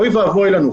אוי ואבוי לנו,